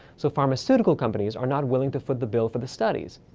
so pharmaceutical companies are not willing to foot the bill for the studies.